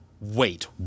Wait